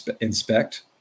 inspect